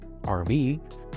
RV